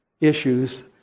issues